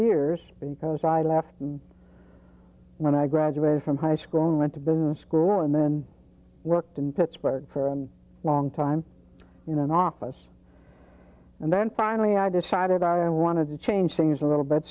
years because i left when i graduated from high school and went to business school and then worked in pittsburgh for a long time in an office and then finally i decided i wanted to change things a little bit